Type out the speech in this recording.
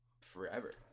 forever